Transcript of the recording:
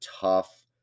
tough